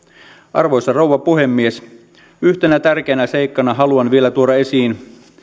arvoisa rouva puhemies yhtenä tärkeänä seikkana haluan vielä tuoda esiin